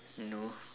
no